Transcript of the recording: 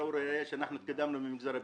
אוריאל כדי להראות שהיא התקדמה במגזר הבדואי.